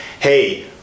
Hey